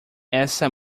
essa